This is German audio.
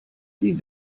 sie